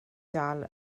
dal